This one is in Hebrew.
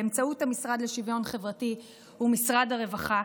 באמצעות המשרד לשוויון חברתי ומשרד הרווחה,